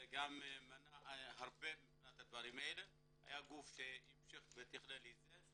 זה מנע הרבה כי היה גוף שתכלל את זה.